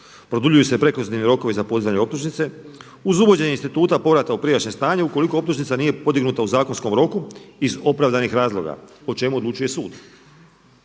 Produljuju se prekluzivni rokovi za podizanje optužnice uz uvođenje instituta povrata u prijašnje stanje ukoliko optužnica nije podignuta u zakonskom roku iz opravdanih razloga o čemu odlučuje sud.